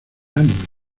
anime